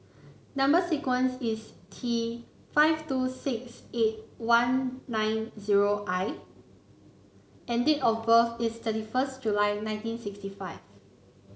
number sequence is T five two six eight one nine zero I and date of birth is thirty first July nineteen sixty five